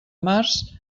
març